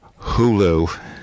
Hulu